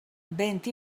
vent